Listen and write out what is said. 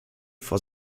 vor